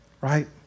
Right